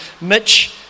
Mitch